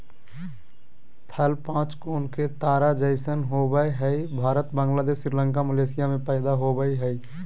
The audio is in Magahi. फल पांच कोण के तारा जैसन होवय हई भारत, बांग्लादेश, श्रीलंका, मलेशिया में पैदा होवई हई